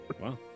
Wow